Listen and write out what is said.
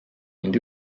mind